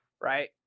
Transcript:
right